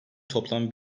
toplam